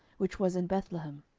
which was in bethlehem.